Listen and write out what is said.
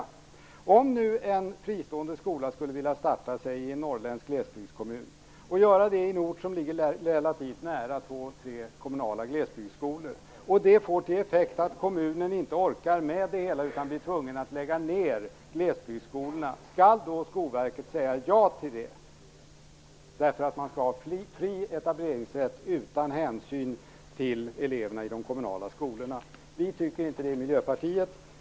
Låt oss säga ett en fristående skola skulle vilja starta i en norrländsk glesbygdskommun, i en ort som ligger relativt nära två tre kommunala glesbygdsskolor och det skulle få till effekt att kommunen inte orkar med det hela utan blir tvungen att lägga ner glesbygdsskolorna. Skall då Skolverket säga ja till det därför att det skall vara fri etableringsrätt utan hänsyn till eleverna i de kommunala skolorna? Vi tycker inte det i Miljöpartiet.